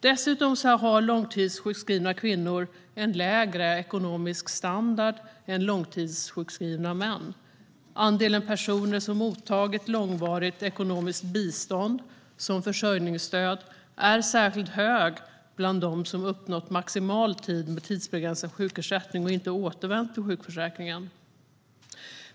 Dessutom har långtidssjukskrivna kvinnor en lägre ekonomisk standard än långtidssjukskrivna män. Andelen personer som mottagit långvarigt ekonomiskt bistånd, som försörjningsstöd, är särskilt hög bland dem som uppnått maximal tid med tidsbegränsad sjukersättning och inte återvänt till sjukförsäkringen.